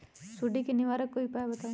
सुडी से निवारक कोई उपाय बताऊँ?